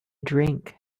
drink